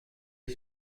est